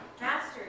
Master